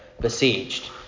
besieged